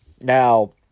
Now